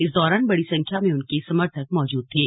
इस दौरान बड़ी संख्या में उनके समर्थक मौजूद थे